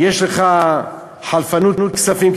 יש לך חלפנות כספים,